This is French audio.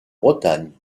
bretagne